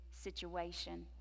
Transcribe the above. situation